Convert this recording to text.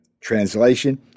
Translation